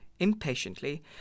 Impatiently